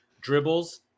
dribbles